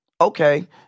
okay